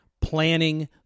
planning